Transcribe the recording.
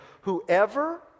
Whoever